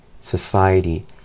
society